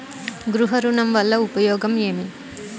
గృహ ఋణం వల్ల ఉపయోగం ఏమి?